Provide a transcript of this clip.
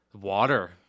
water